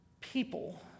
people